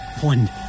one